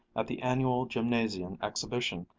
at the annual gymnasium exhibition,